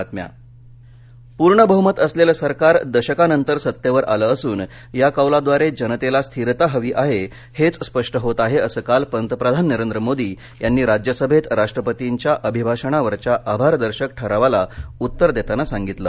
पंतप्रधान पूर्ण बह्मत असलेलं सरकार दशकांनंतर सत्तेवर आलं असून या कौलाद्वारे जनतेला स्थिरता हवी आहे हेच स्पष्ट होत आहे असं काल पंतप्रधान नरेंद्र मोदी यांनी राज्यसभेत राष्ट्रपतींच्या अभिभाषणावरच्या आभारदर्शक ठरावाला उत्तर देताना सांगितलं